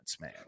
man